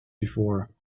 before